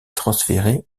transféré